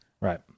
Right